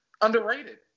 underrated